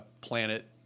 Planet